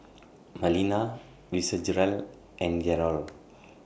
Marlena Fitzgerald and Garold